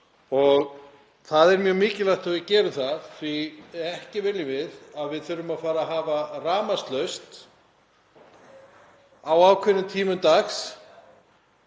Það er mjög mikilvægt að við gerum það því ekki viljum við að við þurfum að hafa rafmagnslaust á ákveðnum tímum dags